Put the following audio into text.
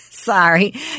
Sorry